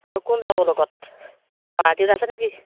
আৰু কোন যাব লগত পাৰ্টিত আছে নেকি